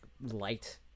light